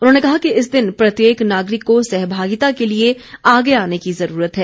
उन्होंने कहा कि इस दिन प्रत्येक नागरिक को सहभागिता के लिए आगे आने की ज़रूरत है